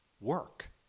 work